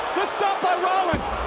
the stomp by rollins,